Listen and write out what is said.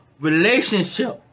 relationship